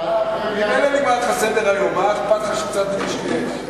ממילא נגמר לך סדר-היום, מה אכפת לך שקצת נקשקש?